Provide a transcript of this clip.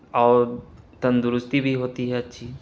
اور تندرستی بھی ہوتی ہے اچھی